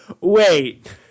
Wait